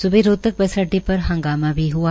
स्बह रोहतक बस अड्डे पर हंगामा भी हआ